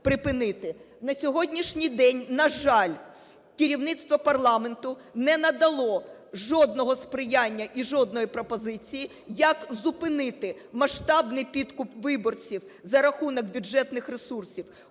На сьогоднішній день, на жаль, керівництво парламенту не надало жодного сприяння і жодної пропозиції, як зупинити масштабний підкуп виборців за рахунок бюджетних ресурсів.